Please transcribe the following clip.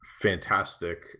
Fantastic